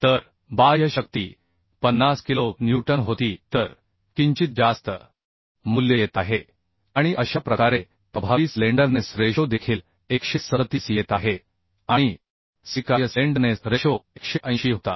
तर बाह्य शक्ती 50 किलो न्यूटन होती तर किंचित जास्त मूल्य येत आहे आणि अशा प्रकारे प्रभावी स्लेंडरनेस रेशो देखील 137 येत आहे आणि स्वीकार्य स्लेंडरनेस रेशो 180 होता